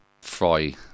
Fry